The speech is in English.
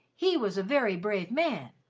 he was a very brave man.